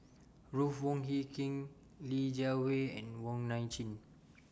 Ruth Wong Hie King Li Jiawei and Wong Nai Chin